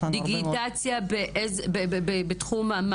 דיגיטציה באיזה תחום?